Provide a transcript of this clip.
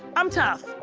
i'm tough.